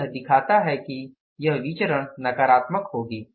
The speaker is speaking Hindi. अब यह दिखाता है कि यह विचरण नकारात्मक होगी